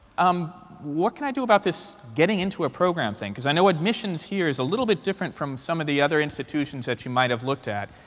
um what can i do about this getting into a program thing? because i know admissions here is a little bit different from some of the other institutions that you might have looked at,